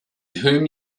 whom